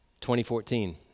2014